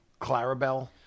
Clarabelle